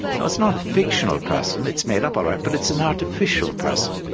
no it's not a fictional person, it's made up alright, but it's an artificial person.